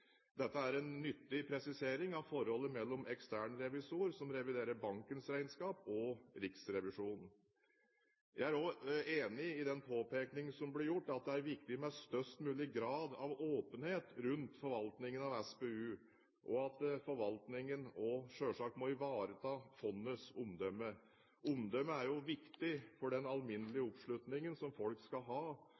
Dette er en nyttig presisering av forholdet mellom ekstern revisor, som reviderer bankens regnskap, og Riksrevisjonen. Jeg er også enig i den påpekning som ble gjort, at det er viktig med størst mulig grad av åpenhet rundt forvaltningen av SPU, og at forvaltningen også selvsagt må ivareta fondets omdømme. Omdømme er jo viktig for den alminnelige oppslutningen som folk skal ha